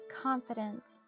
confident